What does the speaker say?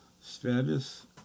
status